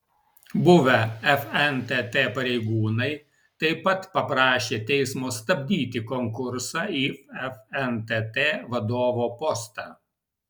buvę fntt pareigūnai taip pat paprašė teismo stabdyti konkursą į fntt vadovo postą